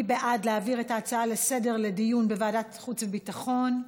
מי בעד להעביר את ההצעה לסדר-היום לדיון בוועדת החוץ והביטחון?